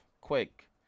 quick